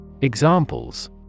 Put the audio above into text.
Examples